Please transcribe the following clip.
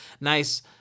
nice